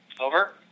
Over